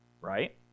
right